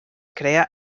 crea